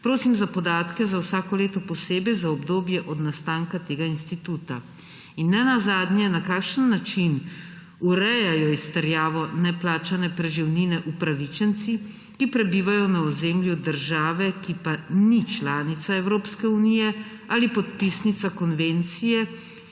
Prosim za podatke za vsako leto posebej za obdobje od nastanka tega instituta. Na kakšen način urejajo izterjavo neplačane preživnine upravičenci, ki prebivajo na ozemlju države, ki pa ni članica Evropske unije ali podpisnica konvencije,